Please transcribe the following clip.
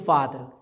Father